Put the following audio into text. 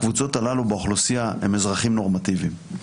הקבוצות הללו באוכלוסייה הם אזרחים נורמטיביים.